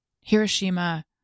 Hiroshima